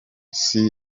isi